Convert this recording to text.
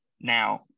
now